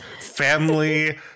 family